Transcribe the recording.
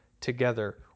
together